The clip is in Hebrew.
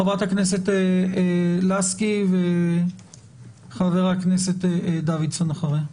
חברת הכנסת לסקי וחבר הכנסת דוידסון אחריה.